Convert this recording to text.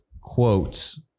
quotes